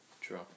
True